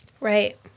right